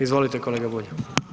Izvolit kolega Bulj.